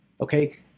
okay